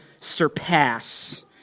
surpass